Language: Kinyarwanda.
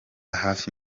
hafi